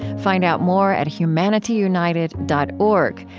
find out more at humanityunited dot org,